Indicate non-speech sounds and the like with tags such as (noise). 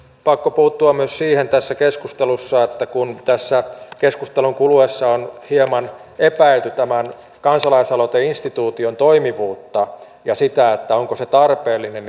pakko puuttua myös siihen tässä keskustelussa kun tässä keskustelun kuluessa on hieman epäilty tämän kansalais aloiteinstituution toimivuutta ja sitä onko se tarpeellinen (unintelligible)